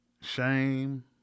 shame